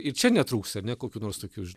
ir čia netrūksta ane kokių nors tokių